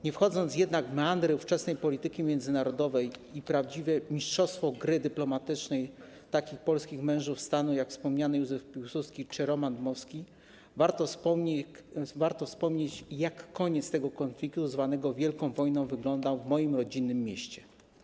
Nie wchodząc jednak w meandry ówczesnej polityki międzynarodowej i prawdziwe mistrzostwo gry dyplomatycznej takich polskich mężów stanu jak wspomniany Józef Piłsudski czy Roman Dmowski, warto wspomnieć, jak koniec tego konfliktu, zwanego wielką wojną, wyglądał w moim rodzinnym mieście.